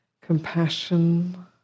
compassion